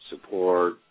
support